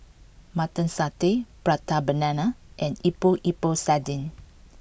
Mutton Satay Prata Banana and Epok Epok Sardin